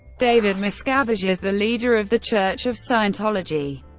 david miscavige is the leader of the church of scientology.